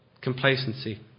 Complacency